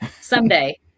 Someday